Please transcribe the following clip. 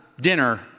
dinner